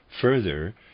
further